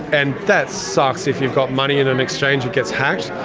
and that sucks if you've got money in an exchange that gets hacked.